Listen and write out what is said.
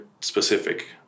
specific